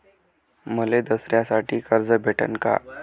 मले दसऱ्यासाठी कर्ज भेटन का?